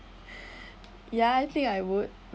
ya I think I would